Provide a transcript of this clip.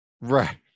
right